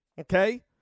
okay